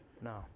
No